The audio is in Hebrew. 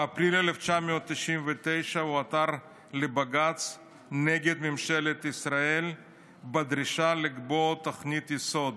באפריל 1999 הוא עתר לבג"ץ נגד ממשלת ישראל בדרישה לקבוע תוכנית יסוד,